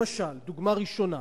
דוגמה ראשונה,